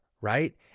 right